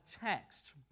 text